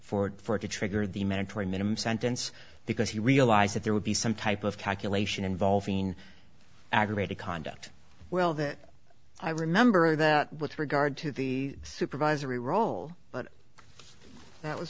to trigger the mantra minimum sentence because he realized that there would be some type of calculation involving aggravated conduct well that i remember that with regard to the supervisory role but that was